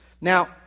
Now